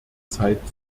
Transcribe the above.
zeit